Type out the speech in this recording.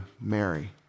Mary